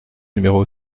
numéro